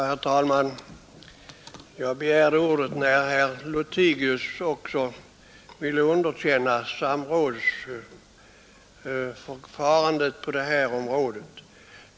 Herr talman! Jag begärde ordet när herr Lothigius ville underkänna samrådsförfarandet på detta område.